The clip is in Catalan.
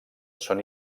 són